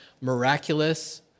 miraculous